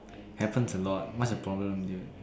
happen to Lord what's the problem do you